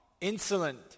insolent